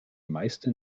meisten